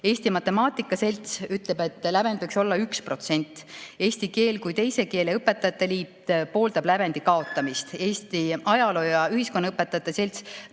Eesti Matemaatika Selts ütleb, et lävend võiks olla 1%. Eesti Keele kui Teise Keele Õpetajate Liit pooldab lävendi kaotamist. Eesti Ajaloo- ja Ühiskonnaõpetajate Selts